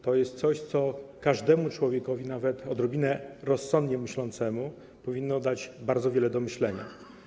To jest coś, co każdemu człowiekowi, nawet odrobinę rozsądnie myślącemu, powinno dać bardzo wiele do myślenia.